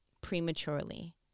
prematurely